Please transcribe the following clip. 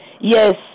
Yes